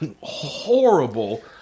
horrible